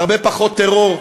הרבה פחות טרור.